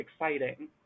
exciting